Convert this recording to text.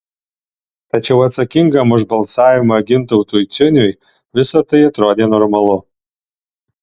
tačiau atsakingam už balsavimą gintautui ciuniui visa tai atrodė normalu